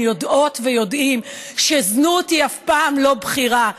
יודעות ויודעים שזנות היא אף פעם לא בחירה,